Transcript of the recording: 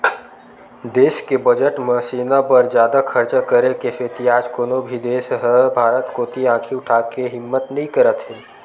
देस के बजट म सेना बर जादा खरचा करे के सेती आज कोनो भी देस ह भारत कोती आंखी उठाके देखे के हिम्मत नइ करत हे